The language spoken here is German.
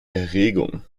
erregung